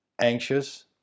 Anxious